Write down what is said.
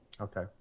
Okay